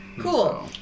Cool